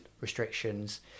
restrictions